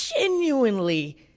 genuinely